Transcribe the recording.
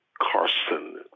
carson